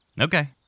Okay